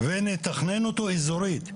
ונתכנן אותו איזורית,